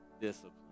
discipline